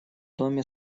доме